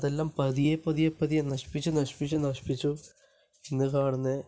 അതെല്ലം പതിയെ പതിയെ പതിയെ നശിപ്പിച്ചു നശിപ്പിച്ചു നശിപ്പിച്ചു ഇന്ന് കാണുന്നത്